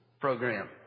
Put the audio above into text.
program